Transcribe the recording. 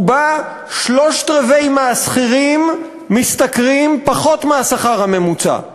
ובה שלושת-רבעי השכירים משתכרים פחות מהשכר הממוצע,